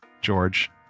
George